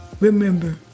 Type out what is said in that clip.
remember